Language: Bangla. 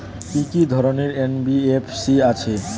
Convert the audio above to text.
কি কি ধরনের এন.বি.এফ.সি আছে?